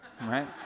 right